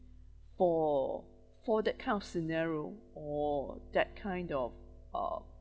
for for that kind of scenario or that kind of uh